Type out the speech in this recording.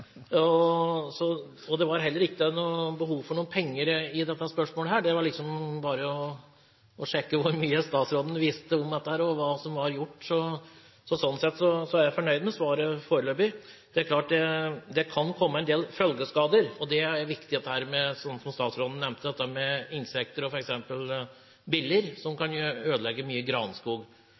Det lå heller ikke behov for penger i dette spørsmålet, det var bare for å sjekke hvor mye statsråden visste om dette, og hva som var gjort, og sånn sett er jeg fornøyd med svaret – foreløpig. Det er klart at det kan komme en del følgeskader. Det som statsråden nevnte, insektskader, er viktig, og f.eks. biller, som kan ødelegge mye granskog. Det er en kjensgjerning at mye av den skogen som falt ned, ligger ganske spredt, og det er